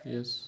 Yes